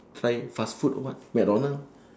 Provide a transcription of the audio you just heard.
try fast food or what mcdonald